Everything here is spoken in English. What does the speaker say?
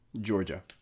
Georgia